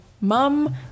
Mum